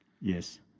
Yes